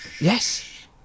Yes